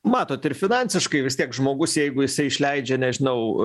matot ir finansiškai vis tiek žmogus jeigu jisai išleidžia nežinau